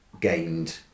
gained